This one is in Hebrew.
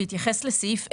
בהתייחס לסעיף 10,